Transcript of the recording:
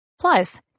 Plus